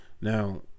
Now